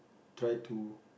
tried to